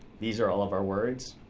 these are all of our words.